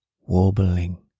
warbling